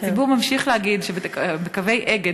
הציבור ממשיך להגיד שבקווי "אגד",